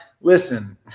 listen